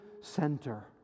center